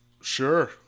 Sure